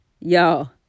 Y'all